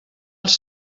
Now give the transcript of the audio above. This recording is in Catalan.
els